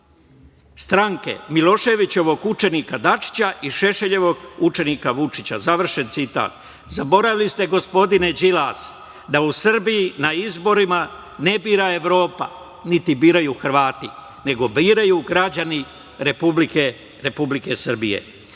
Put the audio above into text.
stranke Miloševićevog učenika Dačića i Šešeljevog učenika Vučića. Završen citat. Zaboravili ste, gospodine Đilas, da u Srbiji na izborima ne bira Evropa, niti biraju Hrvati, nego biraju građani Republike Srbije. Dakle,